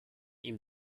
ihm